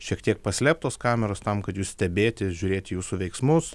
šiek tiek paslėptos kameros tam kad jus stebėti žiūrėti jūsų veiksmus